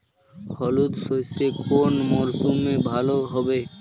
হলুদ সর্ষে কোন মরশুমে ভালো হবে?